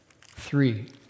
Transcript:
three